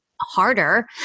harder